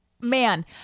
man